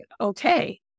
okay